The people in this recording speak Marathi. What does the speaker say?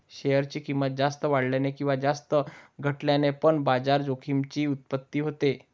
शेअर ची किंमत जास्त वाढल्याने किंवा जास्त घटल्याने पण बाजार जोखमीची उत्पत्ती होते